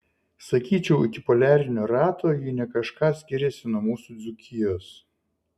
sakyčiau iki poliarinio rato ji ne kažką skiriasi nuo mūsų dzūkijos